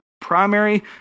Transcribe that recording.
primary